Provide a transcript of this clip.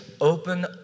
open